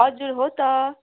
हजुर हो त